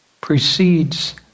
precedes